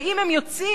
ואם הם יוצאים,